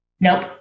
Nope